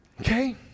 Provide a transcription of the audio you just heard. Okay